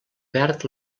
perd